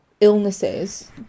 illnesses